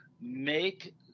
make